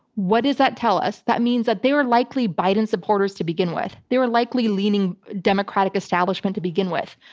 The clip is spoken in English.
what does that tell us? that means that they were likely biden supporters to begin with. they are likely leaning democratic establishment to begin with.